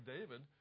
David